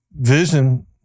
vision